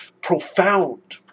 profound